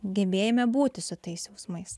gebėjime būti su tais jausmais